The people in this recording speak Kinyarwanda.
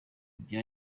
bya